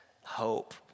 hope